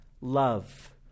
love